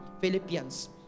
Philippians